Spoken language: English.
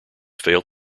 failed